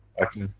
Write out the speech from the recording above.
i can.